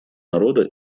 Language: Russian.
народа